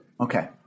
Okay